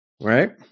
Right